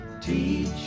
Teach